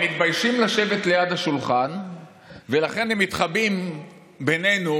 הם מתביישים לשבת ליד השולחן ולכן הם מתחבאים בינינו,